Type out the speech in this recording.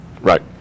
Right